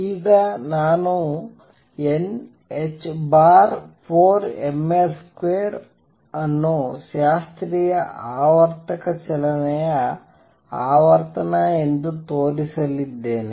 ಈಗ ನಾನು nh4ml2 ಅನ್ನು ಶಾಸ್ತ್ರೀಯ ಆವರ್ತಕ ಚಲನೆಯ ಆವರ್ತನ ಎಂದು ತೋರಿಸಲಿದ್ದೇನೆ